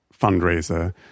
fundraiser